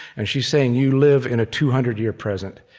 and she's saying, you live in a two hundred year present.